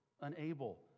Unable